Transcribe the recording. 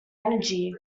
energy